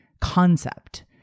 concept